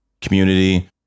community